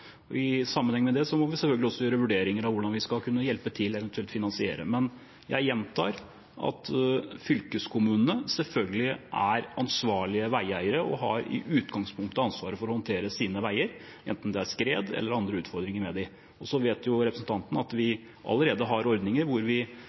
I sammenheng med det må vi selvfølgelig gjøre vurderinger av hvordan vi skal kunne hjelpe til og eventuelt finansiere. Men jeg gjentar at fylkeskommunene selvfølgelig er ansvarlige veieiere og i utgangspunktet har ansvaret for å håndtere sine veier, enten det er skredutfordringer eller andre utfordringer med dem. Så vet representanten at vi